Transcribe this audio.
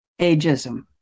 ageism